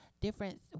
different